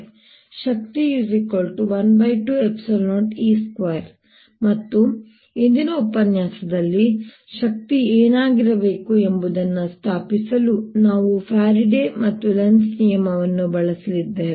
ಶಕ್ತಿ 120E2 ಮತ್ತು ಇಂದಿನ ಉಪನ್ಯಾಸದಲ್ಲಿ ಶಕ್ತಿ ಏನಾಗಿರಬೇಕು ಎಂಬುದನ್ನು ಸ್ಥಾಪಿಸಲು ನಾವು ಫ್ಯಾರಡೇಸ್Faraday's ಮತ್ತು ಲೆನ್ಜ್Lenz's ನಿಯಮವನ್ನು ಬಳಸಲಿದ್ದೇವೆ